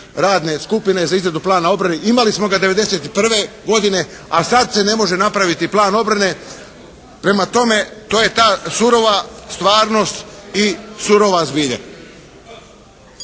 Radne skupine za izradu plana obrane. Imali smo ga 1991. godine a sad se ne može napraviti plan obrane. Prema tome, to je ta surova stvarnost i surova zbilja.